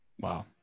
Wow